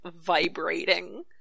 vibrating